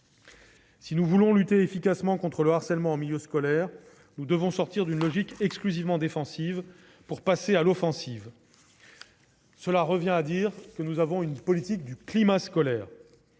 Si nous voulons lutter efficacement contre le harcèlement en milieu scolaire, nous devons sortir d'une logique exclusivement défensive pour passer à l'offensive, ce qui revient à dire que nous menons une politique du « climat scolaire